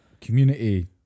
community